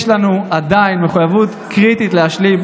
יש לנו עדיין מחויבות קריטית להשלים,